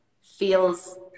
feels